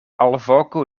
alvoku